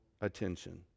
attention